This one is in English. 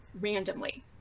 randomly